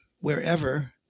wherever